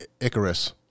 Icarus